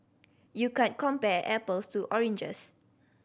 you can't compare apples to oranges